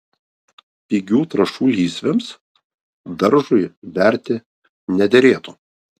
pigių trąšų lysvėms daržui berti nederėtų